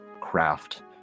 craft